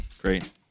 Great